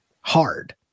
hard